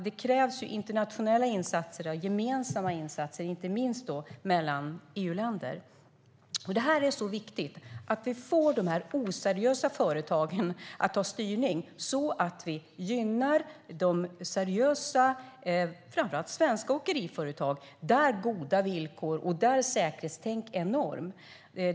Det krävs alltså gemensamma internationella insatser, inte minst mellan EU-länderna. Det är viktigt att vi får styrning på de oseriösa företagen, så att vi gynnar seriösa och framför allt svenska åkeriföretag, där goda villkor och säkerhetstänk är norm.